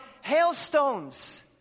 hailstones